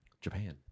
Japan